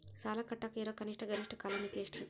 ಸಾಲ ಕಟ್ಟಾಕ ಇರೋ ಕನಿಷ್ಟ, ಗರಿಷ್ಠ ಕಾಲಮಿತಿ ಎಷ್ಟ್ರಿ?